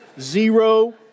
zero